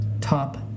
top